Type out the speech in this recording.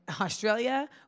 Australia